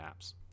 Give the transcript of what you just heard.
apps